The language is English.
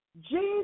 Jesus